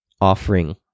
offering